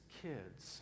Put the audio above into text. kids